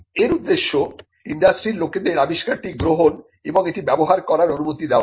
এর উদ্দেশ্য ইন্ডাস্ট্রির লোকেদের আবিষ্কারটি গ্রহণ এবং এটি ব্যবহার করার অনুমতি দেওয়া